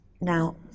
Now